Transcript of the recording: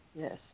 Yes